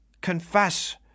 Confess